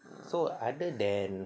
so other than